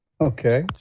Okay